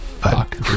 fuck